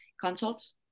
consults